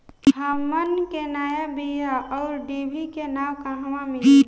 हमन के नया बीया आउरडिभी के नाव कहवा मीली?